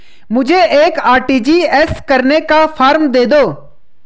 मुझे एक आर.टी.जी.एस करने का फारम दे दो?